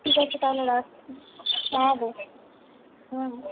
ঠিক আছে তাহলে রাখছি হ্যাঁ গো হ্যাঁ